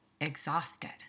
exhausted